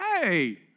hey